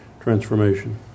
transformation